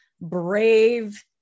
brave